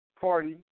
Party